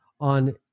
on